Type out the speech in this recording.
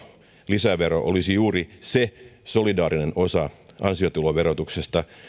lisävero olisi juuri se solidaarinen osa ansiotuloverotuksesta